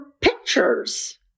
pictures